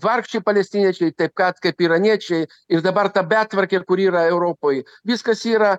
vargšai palestiniečiai taip kad kaip iraniečiai ir dabar ta betvarkė kur yra europoj viskas yra